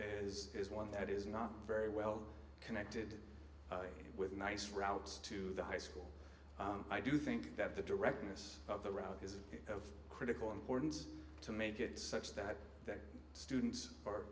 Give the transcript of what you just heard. is is one that is not very well connected with nice routes to the high school i do think that the directness of the route is of critical importance to make it such that the students or